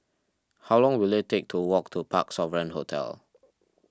how long will it take to walk to Parc Sovereign Hotel